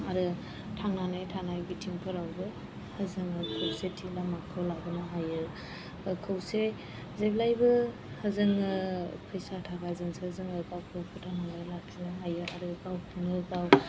आरो थांनानै थानाय बिथिंफोरावबो जों खौसेथि लामाखौ लाबोनो हायो खौसे जेब्लायबो जों फैसा थाखाजोंसो जों गावखौ फोथांनानै लाखिनो हायो आरो गावखौनो गाव